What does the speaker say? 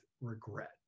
regret